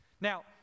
Now